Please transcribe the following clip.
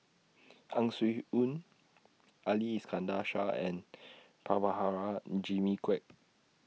Ang Swee Aun Ali Iskandar Shah and Prabhakara Jimmy Quek